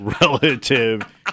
Relative